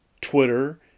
twitter